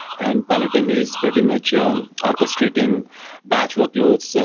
and peloton is pretty much ah um orchestrating batch workloads, so